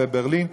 ובברלין,